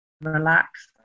relax